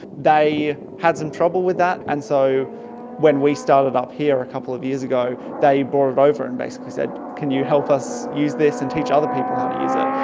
they had some trouble with that, and so when we started up here a couple of years ago they brought it over and basically said can you help us use this and teach other people how to use it?